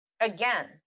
Again